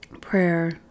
prayer